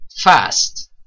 fast